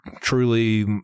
truly